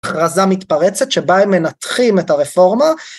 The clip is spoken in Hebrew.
הכרזה מתפרצת שבה הם מנתחים את הרפורמה